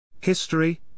History